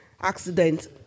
accident